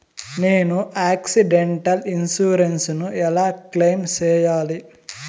నేను accidental insurance ను ఎలా క్లెయిమ్ సేయాలి?